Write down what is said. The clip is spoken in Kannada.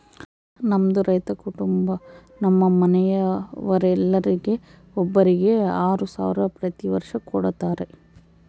ನಮ್ಮದು ರೈತ ಕುಟುಂಬ ನಮ್ಮ ಮನೆಯವರೆಲ್ಲರಿಗೆ ಒಬ್ಬರಿಗೆ ಆರು ಸಾವಿರ ಪ್ರತಿ ವರ್ಷ ಕೊಡತ್ತಾರೆ